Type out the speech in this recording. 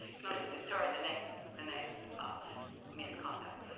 if not to deter the next the next misconduct?